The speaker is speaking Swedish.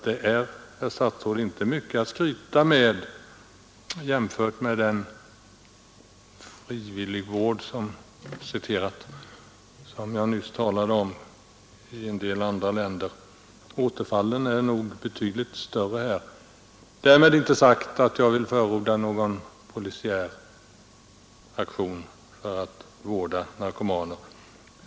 Den är, herr statsråd, inte mycket att skryta med jämfört med den ”frivilligvård” i en del andra länder som jag nyss talade om. Återfallen är nog betydligt fler här. Därmed är inte sagt att jag vill förorda någon polisiär aktion för att vårda narkomaner.